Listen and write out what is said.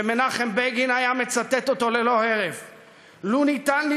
שמנחם בגין היה מצטט אותו ללא הרף: לו ניתן לי